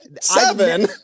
Seven